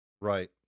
Right